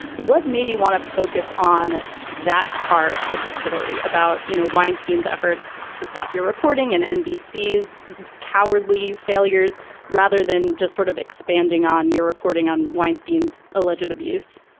what made you want to focus on that part of the story about you know weinstein's efforts to stop your reporting and nbc as cowardly failures rather than just sort of expanding on your reporting on weinstein's alleged abuse